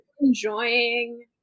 Enjoying